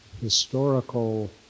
historical